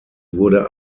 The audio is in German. wurde